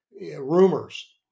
rumors